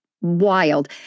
wild